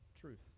truth